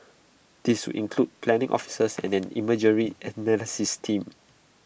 these would include planning officers and an imagery analysis team